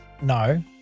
no